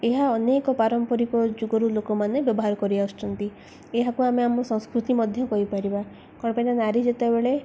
ଏହା ଅନେକ ପାରମ୍ପରିକ ଯୁଗରୁ ଲୋକମାନେ ବ୍ୟବହାର କରି ଆସୁଛନ୍ତି ଏହାକୁ ଆମେ ଆମ ସଂସ୍କୃତି ମଧ୍ୟ କହିପାରିବା କ'ଣ ପାଇଁନା ନାରୀ ଯେତେବେଳେ